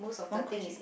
one question